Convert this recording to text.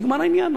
ונגמר העניין,